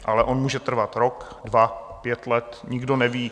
Ale on může trvat rok, dva, pět let, nikdo neví.